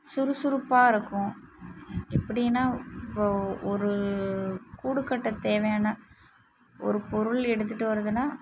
சுறுசுறுப்பாக இருக்கும் எப்படின்னா இப்போது ஒரு கூடுக்கட்ட தேவையான ஒரு பொருள் எடுத்துகிட்டு வருதுன்னா